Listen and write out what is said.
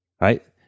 right